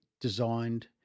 Designed